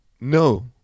no